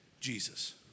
Jesus